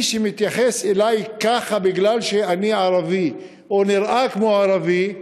מי שמתייחס אלי ככה בגלל שאני ערבי או נראה כמו ערבי,